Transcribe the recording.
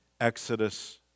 Exodus